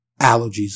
allergies